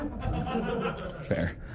Fair